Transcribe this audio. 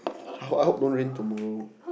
I hope I hope don't rain tomorrow